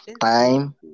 time